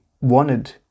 wanted